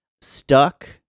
stuck